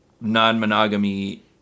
non-monogamy